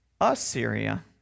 Assyria